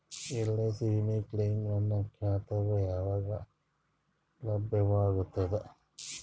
LIC ವಿಮಾ claim ನನ್ನ ಖಾತಾಗ ಯಾವಾಗ ಲಭ್ಯವಾಗತದ?